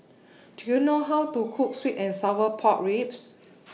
Do YOU know How to Cook Sweet and Sour Pork Ribs